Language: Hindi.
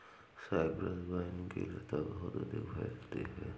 साइप्रस वाइन की लता बहुत अधिक फैलती है